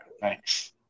Thanks